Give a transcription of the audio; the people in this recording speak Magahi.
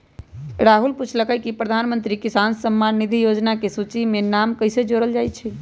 राहुल पूछलकई कि प्रधानमंत्री किसान सम्मान निधि योजना के सूची में नाम कईसे जोरल जाई छई